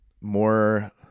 more